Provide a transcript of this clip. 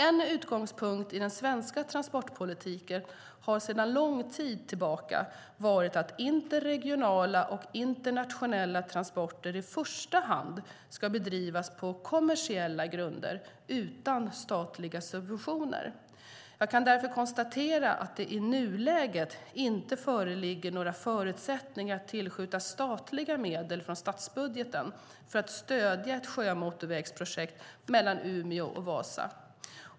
En utgångspunkt i den svenska transportpolitiken har sedan lång tid tillbaka varit att interregionala och internationella transporter i första hand ska bedrivas på kommersiella grunder utan statliga subventioner. Jag kan därför konstatera att det i nuläget inte föreligger några förutsättningar att tillskjuta statliga medel från statsbudgeten för att stödja ett sjömotorvägsprojekt mellan Umeå och Vasa.